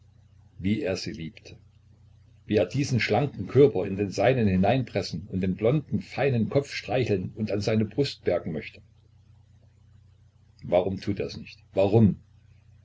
wie er sie liebte wie er diesen schlanken körper in den seinen hineinpressen und den blonden feinen kopf streicheln und an seiner brust bergen möchte warum tut ers nicht warum